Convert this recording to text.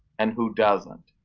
and who doesn't.